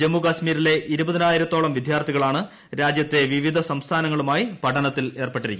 ജമ്മുകാശ്മീരിലെ ഇരുപതിനായിത്തോളെ വിദ്യാർത്ഥികളാണ് രാജ്യത്തെ വിവിധ സംസ്ഥാനങ്ങളുമായി പഠനത്തിൽ ഏർപ്പെട്ടിരിക്കുന്നത്